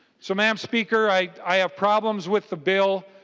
so mme. um speaker i i have problems with the bill.